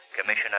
Commissioner